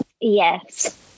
Yes